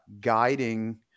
guiding